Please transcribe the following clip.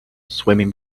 swimming